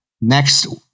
Next